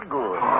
good